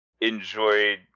enjoyed